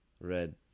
red